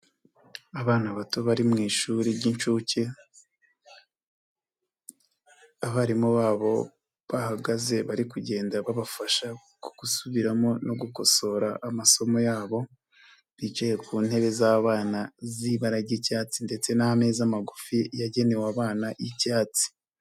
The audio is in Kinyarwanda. Abana bato bari mu ishuri ry'incuke, abarimu babo bahagaze bari kugenda babafasha gusubiramo no gukosora amasomo yabo, bicaye ku ntebe z'abana z'ibara ry'icyatsi ndetse n'ameza magufi yagenewe abana y'ibyatsi.